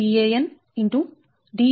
Dna Dnb